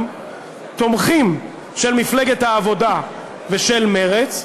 תומכים של מפלגת העבודה ושל מרצ.